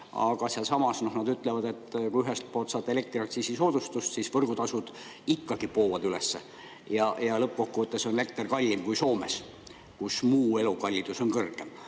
Aga sealsamas nad ütlevad, et kui ühelt poolt saad elektriaktsiisi soodustust, siis võrgutasud ikkagi poovad üles ja lõppkokkuvõttes on elekter kallim kui Soomes, kus muu elukallidus on kõrgem.